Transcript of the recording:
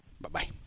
Bye-bye